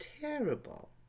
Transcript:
terrible